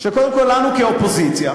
שקודם כול לנו, כאופוזיציה,